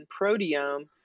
proteome